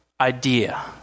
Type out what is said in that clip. idea